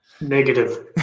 Negative